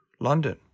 London